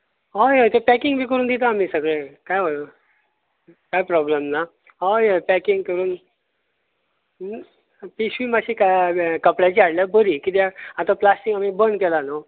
हय हय तें पॅकिंग बीन करून दितात आमी सगळे कांय प्रोबल्म ना हय हय पॅकिंग करून पिशवी मातशी कपड्याची हाडल्यर बरी कित्याक आतां प्लास्टीक बी बंद केलां न्हू